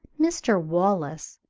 mr. wallace,